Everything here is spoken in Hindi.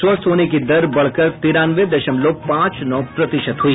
स्वस्थ होने की दर बढ़कर तिरानवे दशमलव पांच नौ प्रतिशत हुई